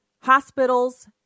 hospitals